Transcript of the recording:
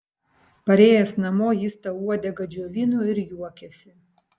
parėjęs namo jis tą uodegą džiovino ir juokėsi